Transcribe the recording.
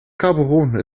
gaborone